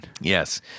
Yes